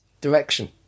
direction